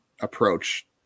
approach